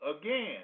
again